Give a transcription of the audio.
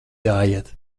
jāiet